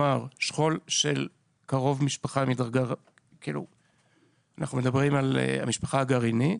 אנחנו מדברים על המשפחה הגרעינית.